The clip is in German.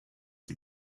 die